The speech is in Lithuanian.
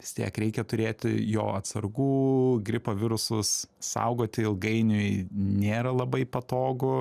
vis tiek reikia turėti jo atsargų gripo virusus saugoti ilgainiui nėra labai patogu